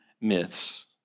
myths